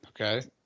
okay